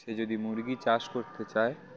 সে যদি মুরগি চাষ করতে চায়